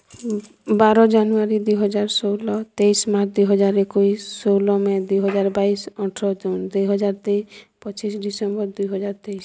ବାର ଜାନୁଆରୀ ଦୁଇ ହଜାର୍ ଷୋହଲ ତେଇଶ୍ ମାର୍ଚ୍ ଦୁଇ ହଜାର୍ ଏକୋଇଶ୍ ଷୋଲ ମେ' ଦୁଇ ହଜାର୍ ବାଇଶ୍ ଅଠ୍ର ଜୁନ୍ ଦୁଇ ହଜାର ଦୁଇ ପଚିଶ୍ ଡ଼ିସେମ୍ବର୍ ଦୁଇ ହଜାର୍ ତେଇଶ୍